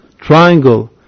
triangle